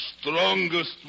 strongest